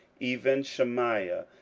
even shemaiah,